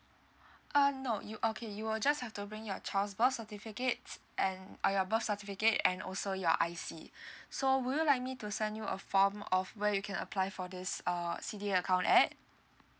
uh no you okay you will just have to bring your child's birth certificates and uh your birth certificate and also your I_C so would you like me to send you a form of where you can apply for this uh C_D_A account at